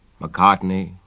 McCartney